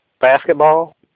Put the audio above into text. basketball